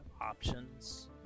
options